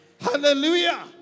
Hallelujah